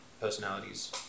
personalities